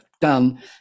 done